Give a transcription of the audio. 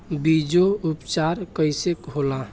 बीजो उपचार कईसे होला?